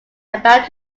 about